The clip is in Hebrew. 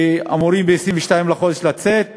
שאמורים ב-22 בחודש לצאת מהרשימה,